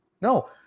no